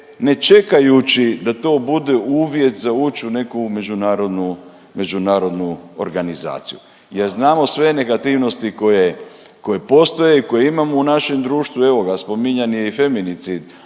ne čekajući da to bude uvjet za ući u neku međunarodnu organizaciju, jer znamo sve negativnosti koje postoje i koje imamo u našem društvu. Evo ga, spominjan je i feminicid